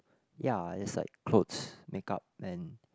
ya is like clothes make up and